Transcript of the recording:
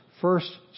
first